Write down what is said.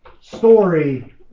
story